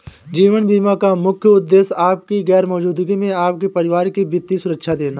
जीवन बीमा का मुख्य उद्देश्य आपकी गैर मौजूदगी में आपके परिवार को वित्तीय सुरक्षा देना